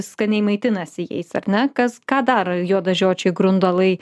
skaniai maitinasi jais ar ne kas ką daro juodažiočiai grundalai